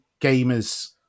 gamers